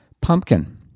Pumpkin